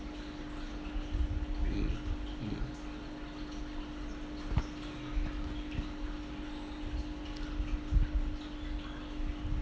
mm mm